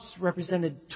represented